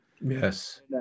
Yes